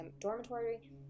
dormitory